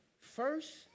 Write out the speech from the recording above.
first